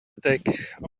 attack